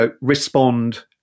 respond